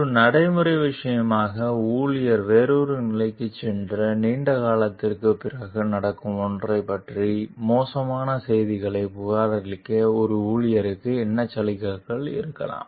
ஒரு நடைமுறை விஷயமாக ஊழியர் வேறொரு நிலைக்குச் சென்ற நீண்ட காலத்திற்குப் பிறகு நடக்கும் ஒன்றைப் பற்றிய மோசமான செய்திகளைப் புகாரளிக்க ஒரு ஊழியருக்கு என்ன சலுகைகள் இருக்கலாம்